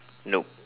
no